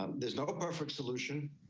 um there's no perfect solution.